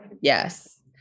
Yes